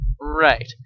Right